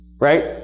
Right